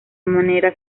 manera